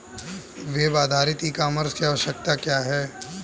Web आधारित e commerce की आवश्यकता क्या है?